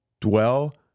dwell